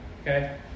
Okay